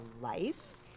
life